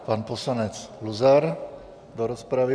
Pan poslanec Luzar do rozpravy.